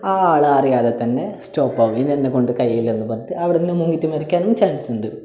ആ ആള് അറിയാതെ തന്നെ സ്റ്റോപ്പ് ആകും ഇനി എന്നെക്കൊണ്ട് കഴിയില്ലെന്ന് പറഞ്ഞിട്ട് അവിടന്ന് മുങ്ങീട്ട് മരിക്കാനും ചാൻസുണ്ട്